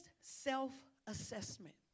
self-assessment